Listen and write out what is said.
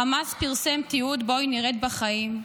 חמאס פרסם תיעוד שבו היא נראית בחיים,